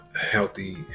healthy